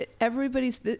everybody's